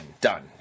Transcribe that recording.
done